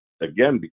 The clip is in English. again